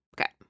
Okay